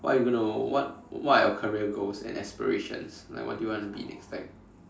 what you gonna what what are your career goals and aspirations like what do you want to be next time